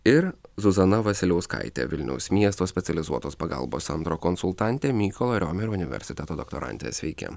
ir zuzana vasiliauskaitė vilniaus miesto specializuotos pagalbos centro konsultantė mykolo riomerio universiteto doktorantė sveiki